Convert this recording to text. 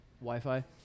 Wi-Fi